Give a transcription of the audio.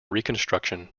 reconstruction